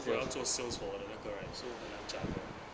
recruit then 我要做 sales 很难站的